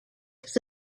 with